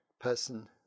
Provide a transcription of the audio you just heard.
person